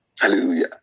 Hallelujah